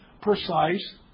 precise